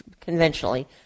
conventionally